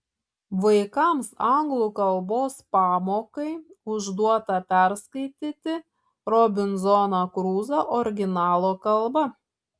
vaikams anglų kalbos pamokai užduota perskaityti robinzoną kruzą originalo kalba